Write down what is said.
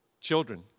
children